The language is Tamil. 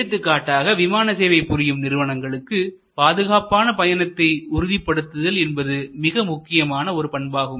எடுத்துக்காட்டாக விமானசேவை புரியும் நிறுவனங்களுக்கு பாதுகாப்பான பயணத்தை உறுதி படுத்துதல் என்பது மிக முக்கியமான ஒரு பண்பாகும்